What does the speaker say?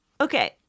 Okay